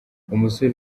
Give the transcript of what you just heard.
umusore